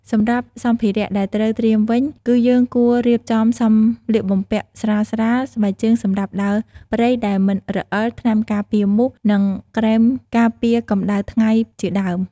សម្រាប់សម្ភារៈដែលត្រូវត្រៀមវិញ គឺយើងគួររៀបចំសម្លៀកបំពាក់ស្រាលៗ ស្បែកជើងសម្រាប់ដើរព្រៃដែលមិនរអិល ថ្នាំការពារមូស និងក្រែមការពារកម្ដៅថ្ងៃជាដើម។